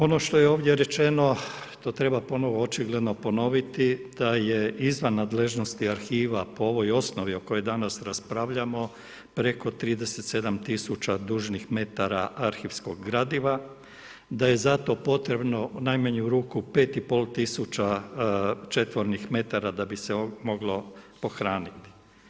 Ono što je ovdje rečeno, to treba ponovo očigledno ponoviti da je izvan nadležnosti arhiva po ovoj osnovi o kojoj danas raspravljamo, preko 37 000 dužnih metara arhivskog gradiva, da je zato potrebno u najmanju ruku 5500 četvornih metara da bi se moglo pohraniti.